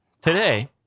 today